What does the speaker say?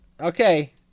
okay